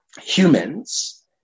humans